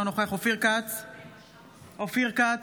אינו נוכח אופיר כץ,